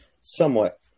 somewhat